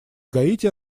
гаити